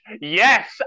Yes